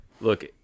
Look